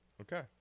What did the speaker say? Okay